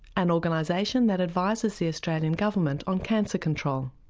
an organisation that advises the australian government on cancer control.